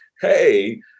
hey